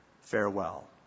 Farewell